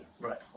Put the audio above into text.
Right